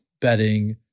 betting